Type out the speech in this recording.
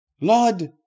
Lord